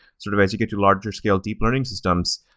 sort of as you get to larger scale deep learning systems,